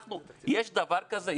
יש דבר כזה?